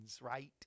right